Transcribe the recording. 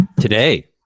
Today